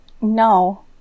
no